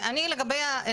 מדויקים.